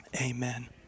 amen